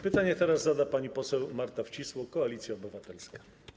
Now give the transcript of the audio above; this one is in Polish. Pytanie teraz zada pani poseł Marta Wcisło, Koalicja Obywatelska.